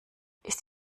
ist